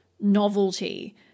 novelty